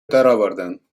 درآوردن